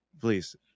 Please